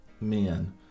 men